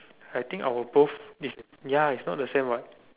I think our both is ya is not the same what